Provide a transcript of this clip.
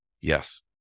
Yes